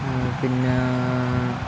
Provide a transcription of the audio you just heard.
പിന്നാ